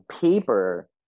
paper